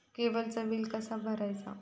केबलचा बिल कसा भरायचा?